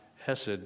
hesed